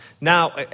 Now